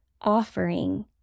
offering